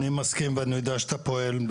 אני מסכים ואני יודע שאתה פועל,